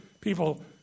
people